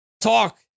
talk